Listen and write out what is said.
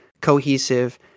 cohesive